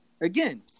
Again